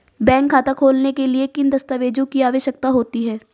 Bank खाता खोलने के लिए किन दस्तावेज़ों की आवश्यकता होती है?